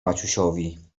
maciusiowi